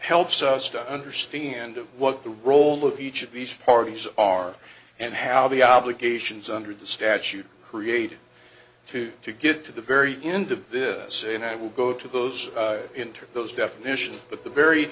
helps us to understand what the role of each of these parties are and how the obligations under the statute created to to get to the very end of this and i will go to those into those definitions but the very